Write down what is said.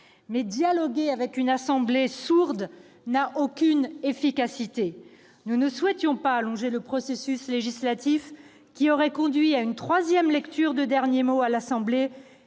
Mais dialoguer avec une assemblée sourde n'est d'aucune efficacité. Nous ne souhaitions pas allonger le processus législatif, ce qui aurait conduit à une troisième lecture à l'Assemblée